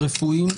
רפואיים,